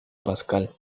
pascal